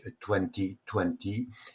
2020